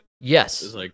Yes